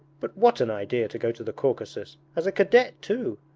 but what an idea to go to the caucasus as a cadet, too!